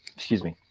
excuse me